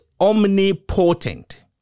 omnipotent